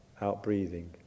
out-breathing